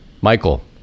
Michael